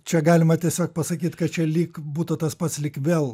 čia galima tiesiog pasakyt kad čia lyg būtų tas pats lyg vėl